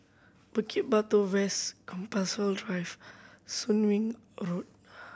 Bukit Batok West Compassvale Drive Soon Wing Road